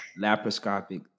Laparoscopic